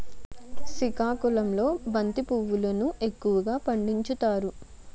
సికాకుళంలో బంతి పువ్వులును ఎక్కువగా పండించుతారు